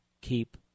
keep